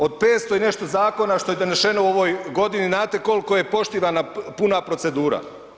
Od 500 i nešto zakona što je donešeno u ovoj godini znate li koliko je poštivana puna procedura?